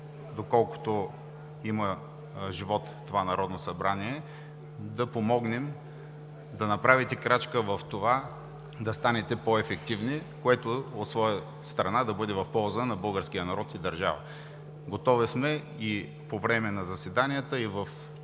доколкото има живот това Народно събрание, да помогнем да направите крачка в това да станете по-ефективни, което от своя страна да бъде в полза на българския народ и държава. Готови сме и по време на заседанията, и в